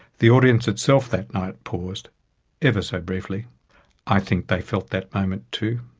the audience itself that night paused ever so briefly i think they felt that moment too.